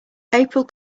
april